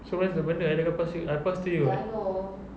so where's the benda I dah pass you I pass to you [what]